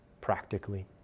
practically